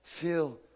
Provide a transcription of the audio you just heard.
feel